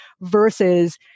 versus